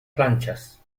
planchas